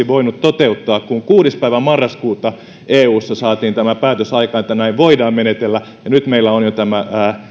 voinut toteuttaa kun kuudes päivä marraskuuta eussa saatiin tämä päätös aikaan että näin voidaan menetellä ja nyt meillä on jo tämä